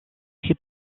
qui